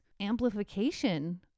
amplification